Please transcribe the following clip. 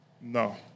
No